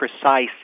precise